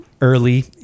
early